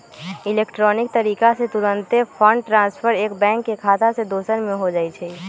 electronic तरीका से तूरंते फंड ट्रांसफर एक बैंक के खता से दोसर में हो जाइ छइ